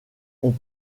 ont